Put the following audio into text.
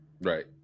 right